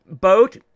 Boat